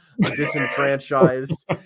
disenfranchised